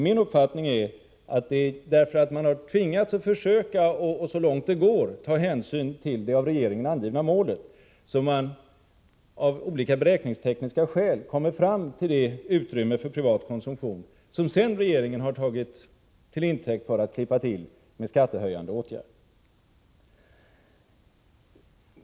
Min uppfattning är att det är därför att institutet har tvingats försöka att så långt det går ta hänsyn till det av regeringen angivna målet som man, av olika beräkningstekniska skäl, kommer fram till det utrymme för privat konsumtion som regeringen sedan har tagit till intäkt för att klippa till med skattehöjande åtgärder.